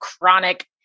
chronic